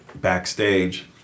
backstage